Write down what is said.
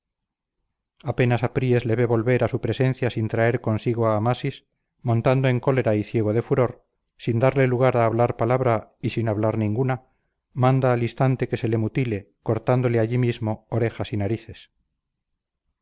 apenas apríes le ve volver a su presencia sin traer consigo a amasis montando en cólera y ciego de furor sin darle lugar a hablar palabra y sin hablar ninguna manda al instante que se le mutile cortándole allí mismo orejas y narices